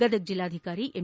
ಗದಗ ಜಿಲ್ಲಾಧಿಕಾರಿ ಎಂ